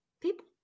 people